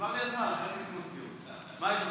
שאני אגיד לו: תודה,